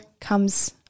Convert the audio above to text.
comes